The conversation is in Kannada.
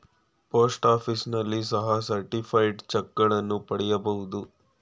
ಪೋಸ್ಟ್ ಆಫೀಸ್ನಲ್ಲಿ ಸಹ ಸರ್ಟಿಫೈಡ್ ಚಕ್ಗಳನ್ನ ಪಡಿಬೋದು